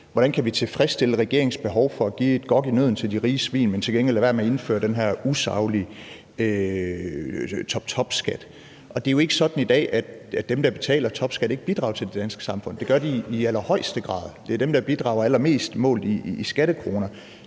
hvordan vi kan tilfredsstille regeringens behov for at give et gok i nødden til de rige svin, men til gengæld lade være med at indføre den her usaglige toptopskat. Det er jo ikke sådan i dag, at dem, der betaler topskat, ikke bidrager til det danske samfund, for det gør de i allerhøjeste grad. Det er dem, der bidrager allermest målt i skattekroner.